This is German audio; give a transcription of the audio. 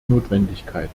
notwendigkeit